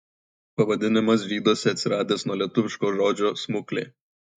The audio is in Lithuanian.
pavadinimas žyduose atsiradęs nuo lietuviško žodžio smuklė